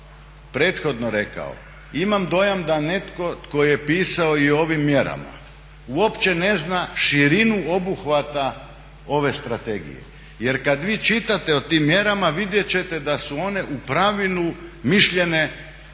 prethodno rekao imam dojam da netko tko je pisao i o ovim mjerama uopće ne zna širinu obuhvata ove strategije. Jer kad vi čitate o tim mjerama vidjet ćete da su one u pravilu mišljene